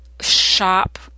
shop